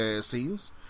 scenes